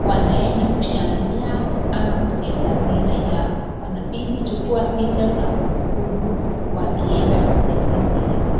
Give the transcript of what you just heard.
wanaenda kushangilia ama kucheza mpira yao. Wanachukua picha za kumbukumbu wakienda kucheza mpira.